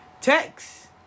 Text